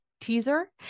teaser